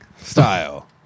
style